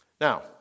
Now